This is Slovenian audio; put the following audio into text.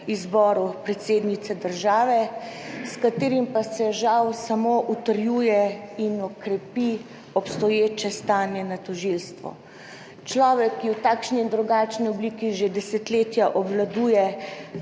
izboru predsednice države, s katerim pa se žal samo utrjuje in okrepi obstoječe stanje na tožilstvu. Človek, ki v takšni in drugačni obliki že desetletja obvladuje